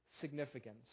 significance